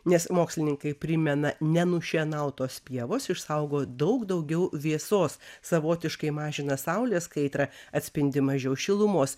nes mokslininkai primena nenušienautos pievos išsaugo daug daugiau vėsos savotiškai mažina saulės kaitrą atspindi mažiau šilumos